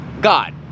God